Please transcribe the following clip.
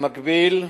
במקביל,